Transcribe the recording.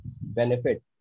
benefit